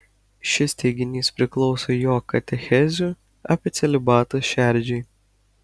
šis teiginys priklauso jo katechezių apie celibatą šerdžiai